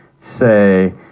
say